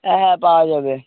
হ্যাঁ হ্যাঁ পাওয়া যাবে